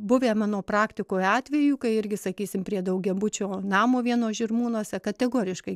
buvę mano praktikoj atvejų kai irgi sakysim prie daugiabučio namo vieno žirmūnuose kategoriškai